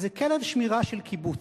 זה כלב שמירה של קיבוץ.